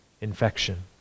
infection